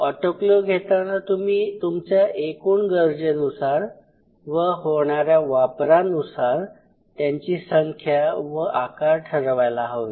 autoclave घेताना तुम्ही तुमच्या एकूण गरजेनुसार व होणाऱ्या वापरानुसार त्यांची संख्या व आकार ठरवायला हवे